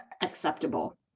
acceptable